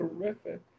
Terrific